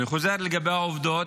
אני חוזר על העובדות: